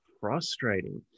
frustrating